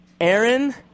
Aaron